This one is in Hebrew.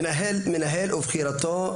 מנהל מנהל ובחירתו,